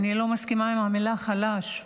אני לא מסכימה עם המילה חלש,